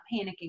panicking